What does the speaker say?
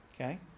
okay